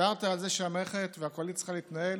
אתה דיברת על זה שהמערכת והקואליציה צריכה להתנהל